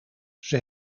zij